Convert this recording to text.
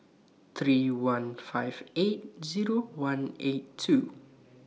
three one five eight Zero one eight two